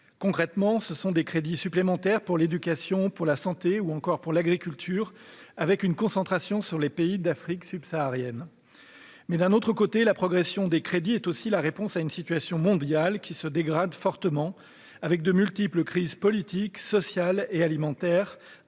Concrètement, ce sont des crédits supplémentaires pour l'éducation, pour la santé, ou encore pour l'agriculture, avec une concentration sur les pays d'Afrique subsaharienne. D'un autre côté, la progression des crédits est aussi à la mesure d'une situation mondiale qui se dégrade fortement, avec de multiples crises politiques, sociales et alimentaires,